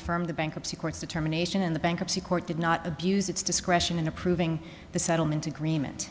affirmed the bankruptcy court determination in the bankruptcy court did not abuse its discretion in approving the settlement agreement